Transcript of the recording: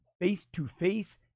face-to-face